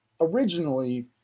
originally